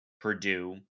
Purdue